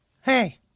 Hey